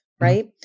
Right